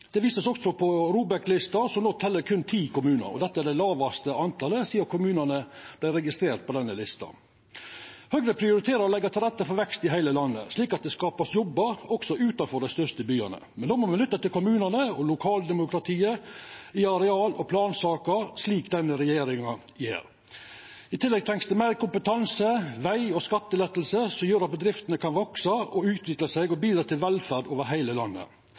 Det visast også på ROBEK-lista, som no tel berre ti kommunar, og det er det lågaste talet sidan kommunane vart registrerte på denne lista. Høgre prioriterer å leggja til rette for vekst i heile landet, slik at det vert skapt jobbar også utanfor dei største byane. Men då må me lytta til kommunane og lokaldemokratiet i areal- og plansaker, slik denne regjeringa gjer. I tillegg treng ein meir kompetanse, veg og skattelette som gjer at bedriftene kan veksa og utvikla seg og bidra til velferd over heile landet.